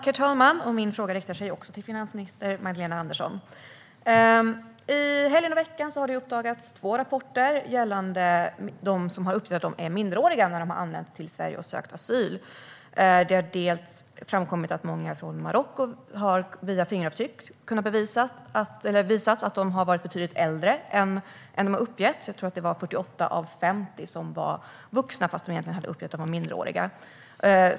Herr talman! Min fråga riktar sig också till finansminister Magdalena Andersson. I helgen och veckan har det kommit två rapporter gällande personer som har uppgett att de är minderåriga när de har anlänt till Sverige och sökt asyl. Via fingeravtryck har man kunnat visa att många från Marocko har varit betydligt äldre än vad de har uppgett. Jag tror att det var 48 av 50 som var vuxna, fast de hade uppgett att de var minderåriga.